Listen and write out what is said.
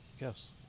Yes